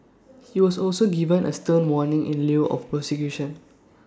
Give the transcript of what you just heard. he was also given A stern warning in lieu of prosecution